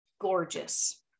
gorgeous